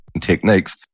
techniques